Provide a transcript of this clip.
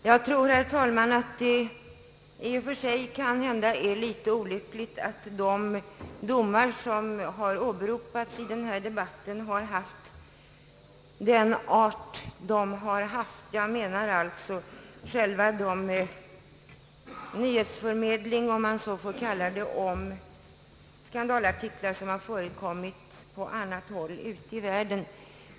Herr talman! Jag tror att det i och för sig är olyckligt att de domar som har åberopats i denna debatt har varit av den art de har varit. Jag menar således själva den nyhetsförmedling — om man så får kalla det — om skandalartiklar, som publicerats på annat håll ute i världen.